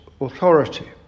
authority